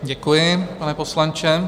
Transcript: Děkuji, pane poslanče.